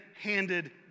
handed